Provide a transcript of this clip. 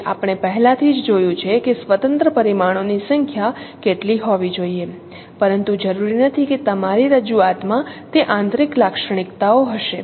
તેથી આપણે પહેલાથી જ જોયું છે કે સ્વતંત્ર પરિમાણોની સંખ્યા કેટલી હોવી જોઈએ પરંતુ જરૂરી નથી કે તમારી રજૂઆતમાં તે આંતરિક લાક્ષણિકતાઓ હશે